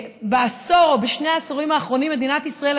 שבעשור האחרון או בשני העשורים האחרונים מדינת ישראל